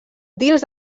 dins